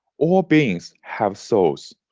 all beings have souls.